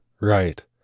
Right